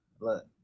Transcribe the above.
Look